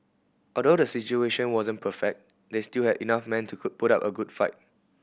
although the situation wasn't perfect they still had enough men to put up a good fight